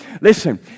listen